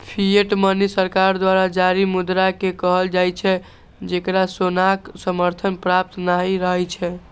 fiat money सरकार द्वारा जारी मुद्रा कें कहल जाइ छै, जेकरा सोनाक समर्थन प्राप्त नहि रहै छै